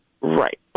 right